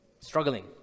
Struggling